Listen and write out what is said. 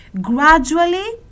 Gradually